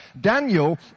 Daniel